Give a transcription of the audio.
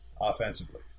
offensively